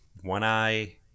One-Eye